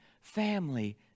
family